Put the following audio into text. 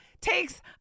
takes